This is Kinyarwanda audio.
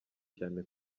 cyane